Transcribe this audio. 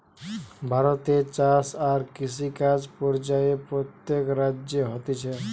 ভারতে চাষ আর কৃষিকাজ পর্যায়ে প্রত্যেক রাজ্যে হতিছে